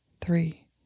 three